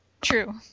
True